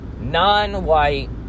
non-white